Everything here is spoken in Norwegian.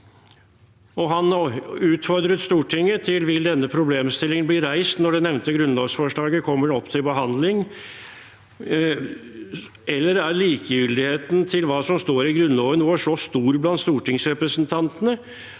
Han utfordrer Stortinget og spør: «Vil denne problemstillingen bli reist når det nevnte grunnlovsforslaget kommer opp til behandling (…), eller er likegyldigheten til hva som skal stå i Grunnloven vår så stor blant stortingsrepresentantene